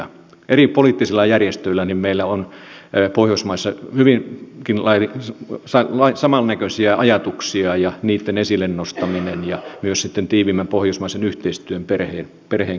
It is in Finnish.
meillä on eri poliittisilla järjestöillä pohjoismaissa hyvinkin samannäköisiä ajatuksia ja tärkeää on niitten esille nostaminen ja myös sitten tiiviimmän pohjoismaisen yhteistyön perheen kehittäminen